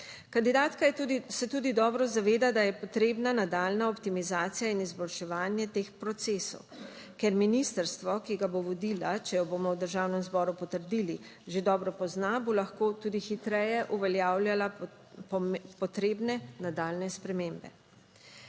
Kandidatka se tudi dobro zaveda, da je potrebna nadaljnja optimizacija in izboljševanje teh procesov, ker ministrstvo, ki ga bo vodila, če jo bomo v Državnem zboru potrdili, že dobro pozna, bo lahko tudi hitreje uveljavljala potrebne nadaljnje spremembe.